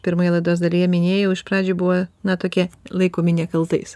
pirmoje laidos dalyje minėjau iš pradžių buvo na tokie laikomi nekaltais